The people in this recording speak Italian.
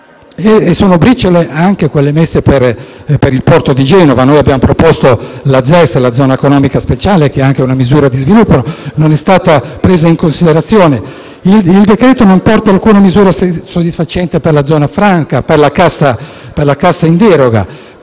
E sono briciole anche quelle messe per il porto di Genova. Noi abbiamo proposto la Zona economica speciale, che è anche una misura di sviluppo, ma non è stata presa in considerazione. Il decretolegge non contiene inoltre alcuna misura soddisfacente per la zona franca, per la cassa in deroga.